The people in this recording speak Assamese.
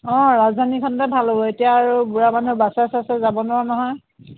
অ' ৰাজধানীখনতে ভাল হ'ব এতিয়া আৰু বুঢ়া মানুহ বাছে চাচে যাব নোৱাৰোঁ নহয়